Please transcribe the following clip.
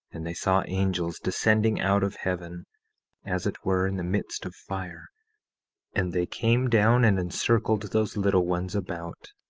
and they saw angels descending out of heaven as it were in the midst of fire and they came down and encircled those little ones about,